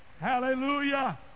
Hallelujah